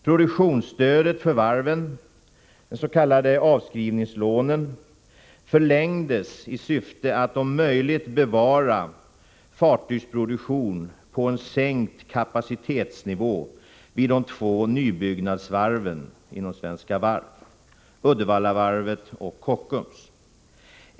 Produktionsstödet för varven, de s.k. avskrivningslånen, förlängdes i syfte att om möjligt bevara fartygsproduktion på en sänkt kapacitetsnivå vid de två nybyggnadsvarven inom Svenska Varv, Uddevallavarvet och Kockums.